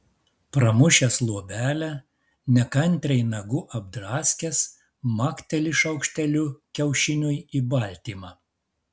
pramušęs luobelę nekantriai nagu apdraskęs makteli šaukšteliu kiaušiniui į baltymą